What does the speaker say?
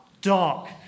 Dark